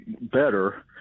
better